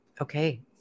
Okay